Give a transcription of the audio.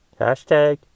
Hashtag